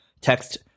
text